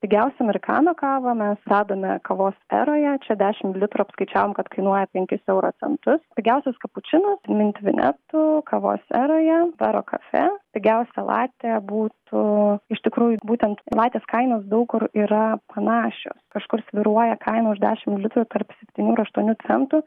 pigiausią amerikano kavą mes radome kavos eroje čia dešim mililitrų apskaičiavom kad kainuoja penkis euro centus pigiausias kapučinas mint vinetu kavos eroje vero cafe pigiausia latė būtų iš tikrųjų būtent latės kainos daug kur yra panašios kažkur svyruoja kaina už dešim mililitrų tarp septynių ir aštuonių centų